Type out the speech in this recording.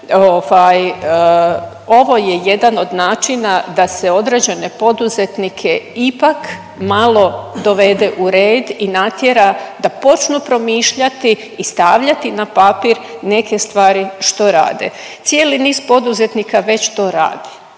Ovo je jedan od načina da se određene poduzetnike ipak malo dovede u red i natjera da počnu promišljati i stavljati na papir neke stvari što rade. Cijeli niz poduzetnika već to radi,